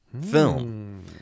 film